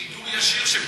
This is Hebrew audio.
יש שיר של,